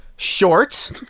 Shorts